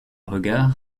regards